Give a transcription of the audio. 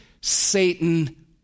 Satan